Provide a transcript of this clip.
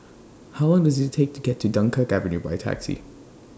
How Long Does IT Take to get to Dunkirk Avenue By Taxi